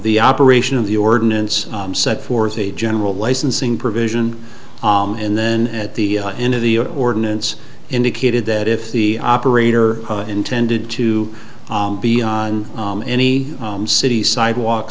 the operation of the ordinance set forth a general licensing provision and then at the end of the ordinance indicated that if the operator intended to be on any city sidewalk